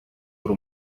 wari